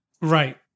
Right